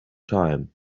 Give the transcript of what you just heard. time